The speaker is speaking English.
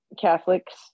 Catholics